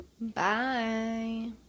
Bye